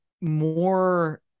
more